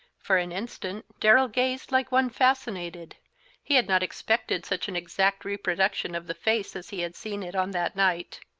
for an instant darrell gazed like one fascinated he had not expected such an exact reproduction of the face as he had seen it on that night.